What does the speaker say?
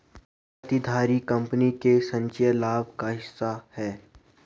प्रतिधारित आय कंपनी के संचयी लाभ का हिस्सा है